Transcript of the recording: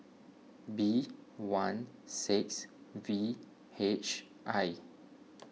B one six V H I